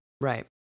Right